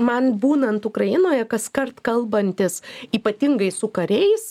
man būnant ukrainoje kaskart kalbantis ypatingai su kariais